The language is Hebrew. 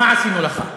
מה עשינו לך?